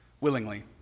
willingly